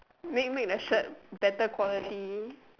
make make the shirt better quality